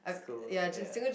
school ya